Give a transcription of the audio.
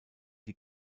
die